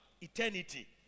eternity